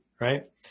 right